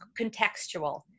contextual